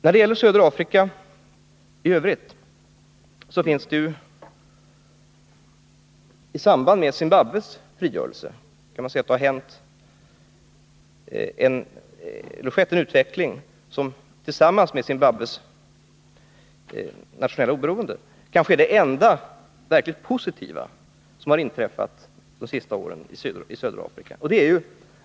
När det gäller södra Afrika i övrigt kan man säga att den utveckling som ägt rum i samband med Zimbabwes nationella oberoende kanske är det enda verkligt positiva som har inträffat under de senaste åren.